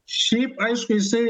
šiaip aišku jisai